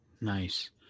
Nice